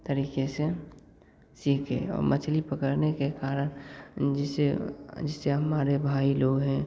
तरीके से सीखे और मछली पकड़ने के कारण जैसे जैसे हमारे भाई लोग हैं